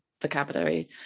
vocabulary